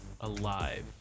alive